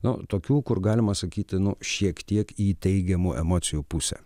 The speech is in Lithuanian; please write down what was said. nu tokių kur galima sakyti nu šiek tiek į teigiamų emocijų pusę